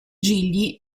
gigli